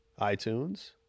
iTunes